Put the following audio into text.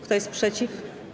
Kto jest przeciw?